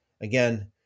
again